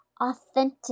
authentic